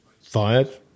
fired